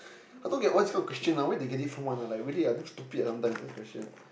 how come I get all these questions ah where they get it from one ah like really ah damn stupid sometimes the question